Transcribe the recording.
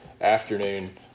afternoon